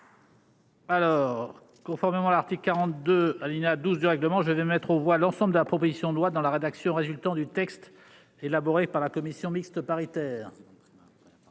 Alors, conformément à l'article 42 Alina 12 du règlement, je vais mettre aux voix l'ensemble de la proposition de loi dans La rédaction résultant du texte élaboré par la commission mixte paritaire.